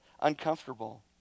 uncomfortable